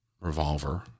revolver